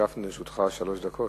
חבר הכנסת גפני, לרשותך שלוש דקות.